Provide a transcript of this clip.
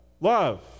Love